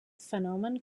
fenomen